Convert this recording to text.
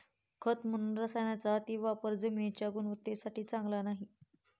खत म्हणून रसायनांचा अतिवापर जमिनीच्या गुणवत्तेसाठी चांगला नाही